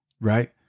right